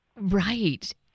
Right